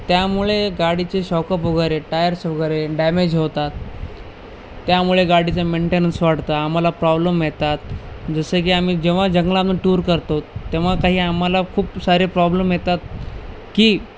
त्यामुळे गाडीचे शॉकअप वगैरे टायर्स वगैरे डॅमेज होतात त्यामुळे गाडीचा मेंटेनन्स वाढतं आम्हाला प्रॉब्लेम येतात जसं की आम्ही जेव्हा जंगलामध्ये टूर करतो तेव्हा काही आम्हाला खूप सारे प्रॉब्लेम येतात की